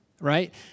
right